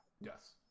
Yes